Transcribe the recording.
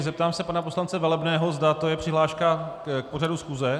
Zeptám se pana poslance Velebného, zda to je přihláška k pořadu schůze.